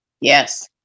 Yes